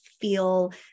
feel